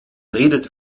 redet